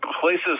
places